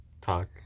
Talk